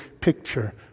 picture